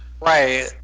Right